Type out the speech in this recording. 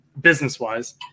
business-wise